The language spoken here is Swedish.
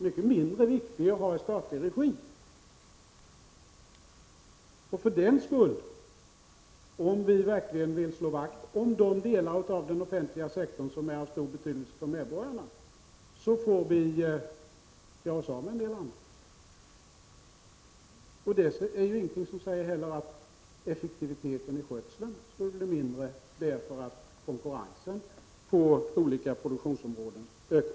Om vi verkligen vill slå vakt om de delar av den offentliga sektorn som är av stor betydelse för medborgarna, får vi göra oss av med andra delar. Det är heller inget som säger att effektiviteten i skötseln skulle bli mindre därför att konkurrensen på olika produktionsområden ökar.